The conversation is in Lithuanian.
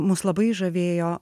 mus labai žavėjo